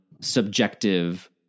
subjective